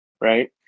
right